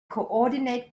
coordinate